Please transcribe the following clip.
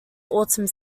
autumn